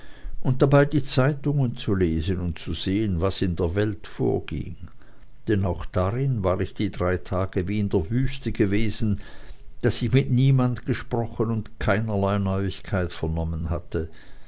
und dabei die zeitungen zu lesen und zu sehen was in der welt vorging denn auch darin war ich die drei tage wie in der wüste gewesen daß ich mit niemand gesprochen und keinerlei neuigkeit vernommen hatte